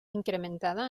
incrementada